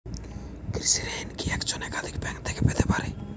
কৃষিঋণ কি একজন একাধিক ব্যাঙ্ক থেকে পেতে পারে?